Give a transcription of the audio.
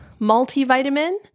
multivitamin